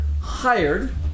hired